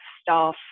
staff